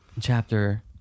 chapter